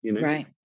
right